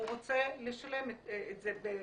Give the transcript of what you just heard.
והוא רוצה לשלם את זה בתשלומים.